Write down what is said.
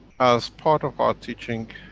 as part of our teaching,